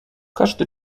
każdy